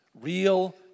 real